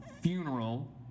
funeral